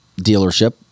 dealership